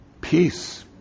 peace